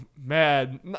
mad